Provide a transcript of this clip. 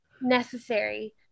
necessary